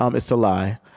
um is to lie.